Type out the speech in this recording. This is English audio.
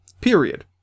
Period